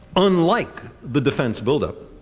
unlike the defense buildup,